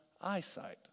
eyesight